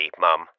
Mum